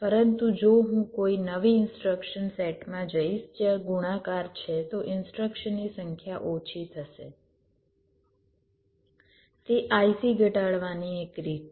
પરંતુ જો હું કોઈ નવી ઇનસ્ટ્રક્શન સેટમાં જઈશ જ્યાં ગુણાકાર છે તો ઇનસ્ટ્રક્શનની સંખ્યા ઓછી હશે તે IC ઘટાડવાની એક રીત છે